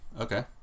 okay